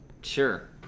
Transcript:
Sure